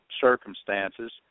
circumstances